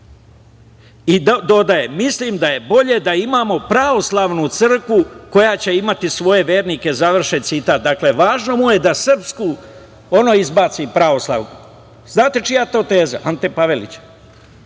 dodaje, mislim da je bolje da imamo pravoslavnu crkvu koja će imati svoje vernike završen citat. Dakle, važno mu je da srpsku, ono izbaci pravoslavnu. Znate, čija je to teza? Ante Pavelića.